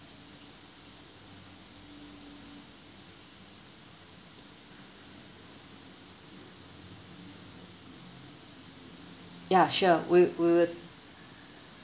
ya sure we we will